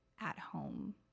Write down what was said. at-home